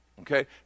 Okay